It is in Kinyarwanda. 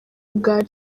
bwa